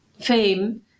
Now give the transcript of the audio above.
fame